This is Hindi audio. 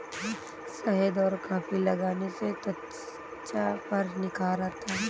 शहद और कॉफी लगाने से त्वचा पर निखार आता है